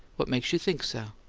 what makes you think so?